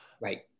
Right